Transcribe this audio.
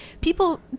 people